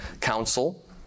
council